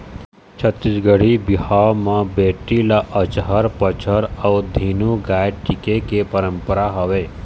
छत्तीसगढ़ी बिहाव म बेटी ल अचहर पचहर अउ धेनु गाय टिके के पंरपरा हवय